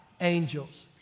angels